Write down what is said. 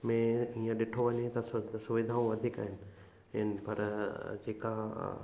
में ईअं ॾिठो वञे त सुविधाऊं वधीक आहिनि पर जेका